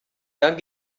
dann